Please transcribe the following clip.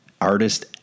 artist